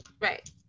Right